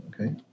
Okay